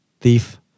thief